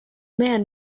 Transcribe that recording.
man